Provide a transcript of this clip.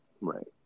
Right